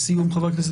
הכנסת